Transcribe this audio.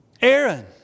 Aaron